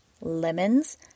lemons